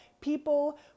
people